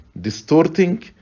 distorting